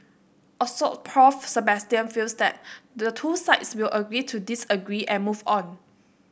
Assoc Prof Sebastian feels that the two sides will agree to disagree and move on